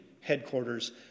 headquarters